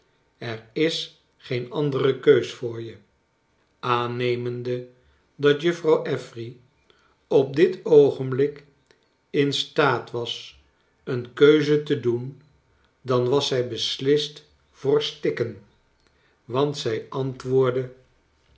er is geen andere keus voor je aannemende dat juffrouw affery op dit oogenblik in staat was een keuze te doen dan was zij be s list voor stikken want zij antwoordde